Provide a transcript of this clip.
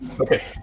Okay